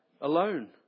alone